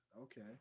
Okay